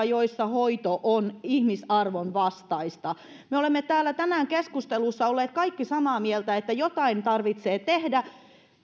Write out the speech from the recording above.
joissa hoito on ihmisarvon vastaista me olemme tänään täällä keskustelussa olleet kaikki samaa mieltä siitä että jotain tarvitsee tehdä